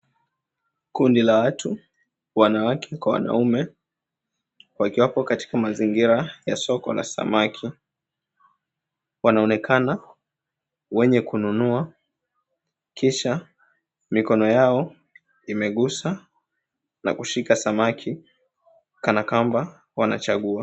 Kundi la watu ,wanawake kwa wanaume, wakiwapo katika mazingira ya soko la samaki, wanaonekana wenye kununua. Kisha, mikono yao imegusa na kushika samaki kana kwamba wanachagua.